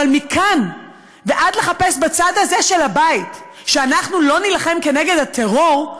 אבל מכאן ועד לחפש בצד הזה של הבית שאנחנו לא נילחם כנגד הטרור,